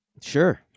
sure